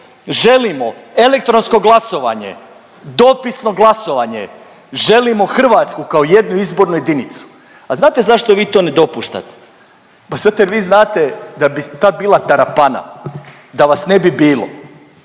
Želimo elektronsko glasovanje, dopisno glasovanje, želimo Hrvatsku kao jednu izbornu jedinicu. A znate zašto vi to ne dopuštate? Pa zato jer vi znate da bi to bila tarapana, da vas ne bi bilo.